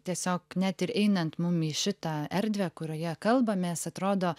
tiesiog net ir einant mum į šitą erdvę kurioje kalbamės atrodo